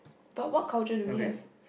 but what culture do we have